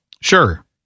Sure